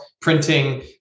printing